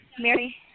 Mary